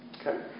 Okay